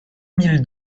mille